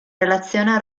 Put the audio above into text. relazione